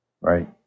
Right